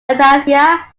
anastasia